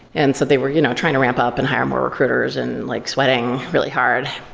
and so they were you know trying to ramp up and hire more recruiters and like sweating really hard.